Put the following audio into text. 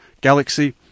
galaxy